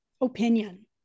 opinion